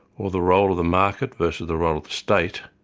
or the role of the market versus the role of the state,